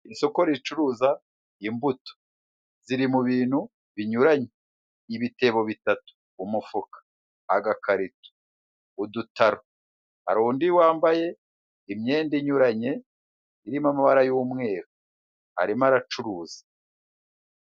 Isoko ricuruza imbuto ziri mu bintu binyuranye ibitebo bitatu, umufuka, agakarito, udutaro hari undi wambaye imyenda inyuranye irimo amabara y'umweru arimo aracuruza.